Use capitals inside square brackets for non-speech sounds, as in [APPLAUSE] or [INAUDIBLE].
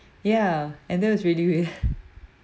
ya and then it's really wierd [LAUGHS]